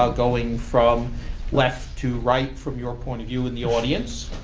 ah going from left to right from your point of view in the audience.